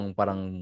parang